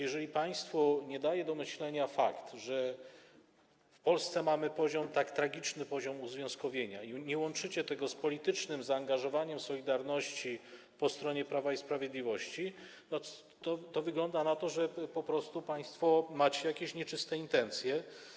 Jeżeli państwu nie daje do myślenia fakt, że w Polsce mamy tak tragiczny poziom uzwiązkowienia, i nie łączycie tego z politycznym zaangażowaniem „Solidarności” po stronie Prawa i Sprawiedliwości, to wygląda na to, że po prostu państwo macie jakieś nieczyste intencje.